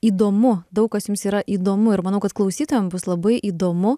įdomu daug kas jums yra įdomu ir manau kad klausytojam bus labai įdomu